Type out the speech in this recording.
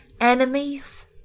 enemies